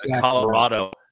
Colorado